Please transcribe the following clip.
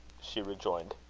she rejoined.